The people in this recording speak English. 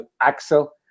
Axel